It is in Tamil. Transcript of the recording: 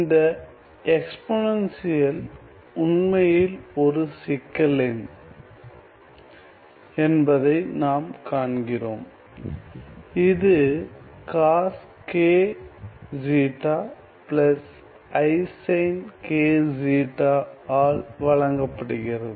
இந்த எக்ஸ்பொனன்சியல் உண்மையில் ஒரு சிக்கல் எண் என்பதை நாம் காண்கிறோம் இது coskζ isinkζ ஆல் வழங்கப்படுகிறது